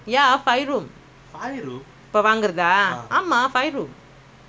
five room means three room !aiyo!